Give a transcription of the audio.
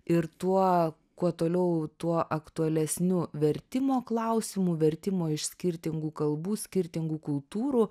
ir tuo kuo toliau tuo aktualesnių vertimo klausimų vertimo iš skirtingų kalbų skirtingų kultūrų